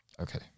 Okay